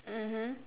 mmhmm